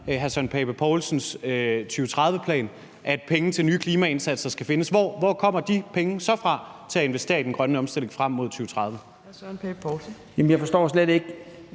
reserven på de 27 mia. kr., at pengene til nye klimaindsatser skal findes, hvor skal pengene til at investere i den grønne omstilling frem mod 2030